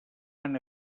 han